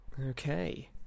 Okay